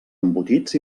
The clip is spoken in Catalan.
embotits